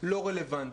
לא רלוונטי.